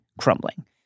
crumbling